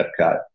Epcot